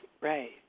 right